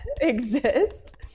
exist